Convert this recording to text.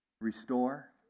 restore